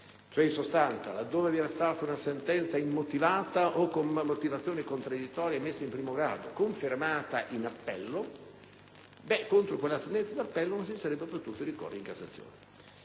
In sostanza, laddove vi fosse stata una sentenza immotivata o con una motivazione contraddittoria emessa in primo grado e poi confermata in appello, contro quella sentenza in appello non si sarebbe potuto ricorrere per Cassazione.